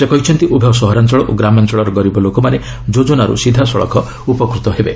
ସେ କହିଛନ୍ତି ଉଭୟ ସହରାଞ୍ଚଳ ଓ ଗ୍ରାମାଞ୍ଚଳର ଗରିବ ଲୋକମାନେ ଯୋଜନାରୁ ସିଧାସଳଖ ଉପକୃତ ହେବେ